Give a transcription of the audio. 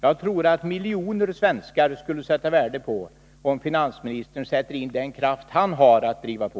Jag tror att miljoner svenskar skulle sätta värde på om finansministern sätter in den kraft han har för att driva på.